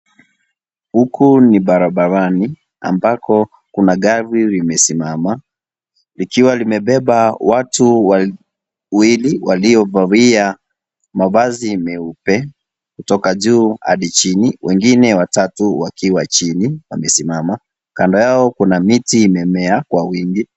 Huku ni barabarani ambako kuna gari limesimama likiwa limebeba watu wawili waliovalia mavazi meupe kutoka juu hadi chini wengine watatu wakiwa chini wamesimama kando yao kuna miti imemea kwa uwingi.